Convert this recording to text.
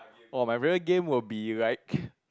oh my favorite game would be like